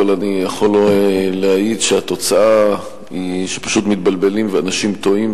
אבל אני יכול להעיד שהתוצאה היא שפשוט מתבלבלים ואנשים טועים,